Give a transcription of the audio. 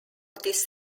this